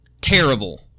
terrible